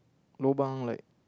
lobang like